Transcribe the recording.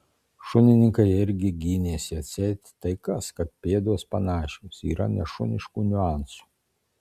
šunininkai irgi gynėsi atseit tai kas kad pėdos panašios yra nešuniškų niuansų